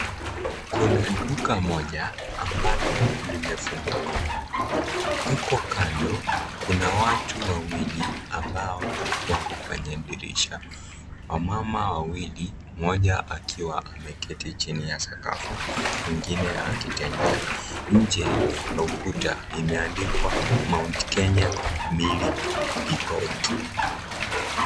Kuna duka moja ambalo limefunguliwa, huko kando kuna watu wawili ambao wako kwenye dirisha. Wamama wawili mmoja akiwa ameketi chini ya sakafu mwingine akitembea, nje wa ukuta imeandikwa Mount Kenya milk Depot.